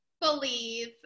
believe